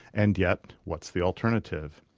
and yet, what's the alternative?